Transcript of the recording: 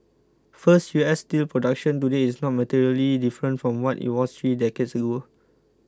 first U S steel production today is not materially different from what it was three decades ago